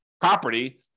property